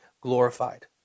glorified